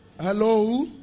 Hello